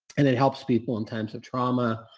and it helps people in times of trauma.